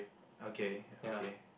okay okay